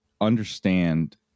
understand